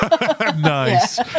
Nice